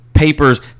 papers